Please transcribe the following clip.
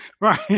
Right